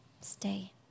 Stay